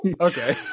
Okay